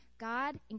God